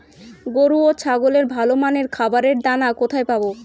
গরু ও ছাগলের ভালো মানের খাবারের দানা কোথায় পাবো?